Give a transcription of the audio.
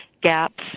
gaps